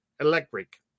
electric